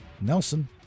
Nelson